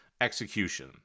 execution